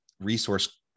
resource